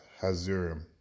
Hazurim